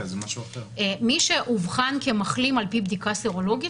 מי שאובחן כמחלים על פי בדיקה סרולוגית,